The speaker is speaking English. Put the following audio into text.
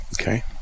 Okay